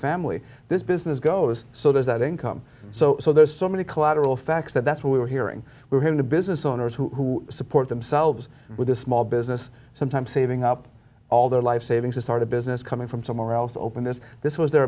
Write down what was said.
family this business goes so there's that income so there's so many collateral facts that that's what we were hearing were going to business owners who support themselves with a small business sometimes saving up all their life savings to start a business coming from somewhere else to open this this was their